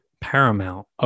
paramount